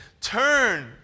Turn